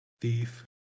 Thief